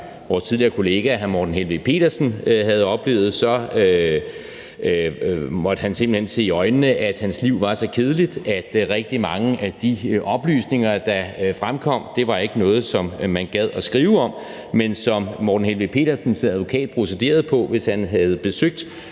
vores tidligere kollega, hr. Morten Helveg Petersen – havde oplevet, måtte han simpelt hen se i øjnene, at hans liv var så kedeligt, at rigtig mange af de oplysninger, der fremkom, ikke var noget, som man gad at skrive om. Men som hr. Morten Helveg Petersens advokat procederede: Hvis han havde besøgt